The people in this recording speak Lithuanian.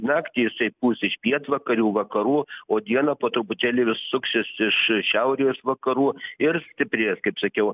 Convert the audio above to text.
naktį jisai pūs iš pietvakarių vakarų o dieną po truputėlį vis suksis iš šiaurės vakarų ir stiprės kaip sakiau